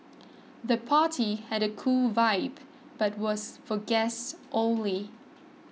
the party had a cool vibe but was for guests only